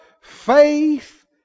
faith